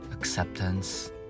acceptance